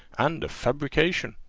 and a fabrication.